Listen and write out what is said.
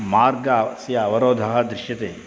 मार्गस्य अवरोधः दृश्यते